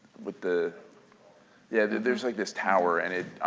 with the yeah there's like this tower and